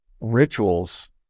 rituals